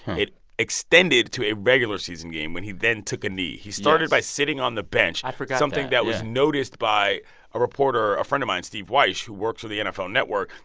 it extended to a regular season game when he then took a knee. he started by sitting on the bench i forgot that something that was noticed by a reporter, a friend of mine, steve wyche, who works for the nfl network,